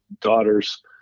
daughters